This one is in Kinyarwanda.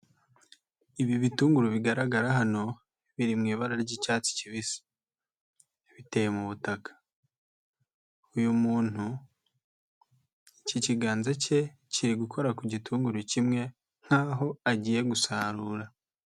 Ibi bitunguru bigaragara hano biri mu ibara ry'icyatsi kibisi biteye mu butaka, uyu muntu iki kiganza ke kiri gukora ku gitunguru kimwe nk'aho agiye gusarura.